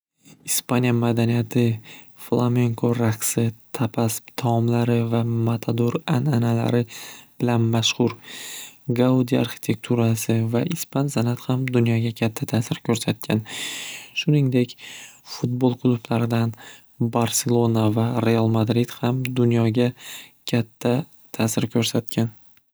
Ispaniya madaniyati flamenko raqsi tapas taomlari va matador an'analari bilan mashxur gaudi arxitekturasi va ispan san'ati ham dunyoga katta ta'sir ko'rsatgan shuningdek fudbol klublaridan barcelona va realmadrid ham dunyoga katta ta'sir ko'rsatgan.